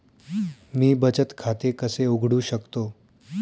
मी बचत खाते कसे उघडू शकतो?